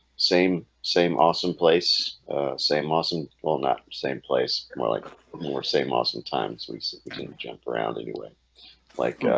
same same awesome place same awesome well not the same place more like more same awesome time so we kind of jump around anyway like